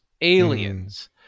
aliens